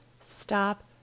Stop